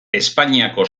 espainiako